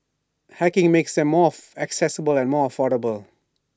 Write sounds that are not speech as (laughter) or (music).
hacking makes them more (unintelligible) accessible and more affordable